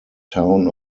town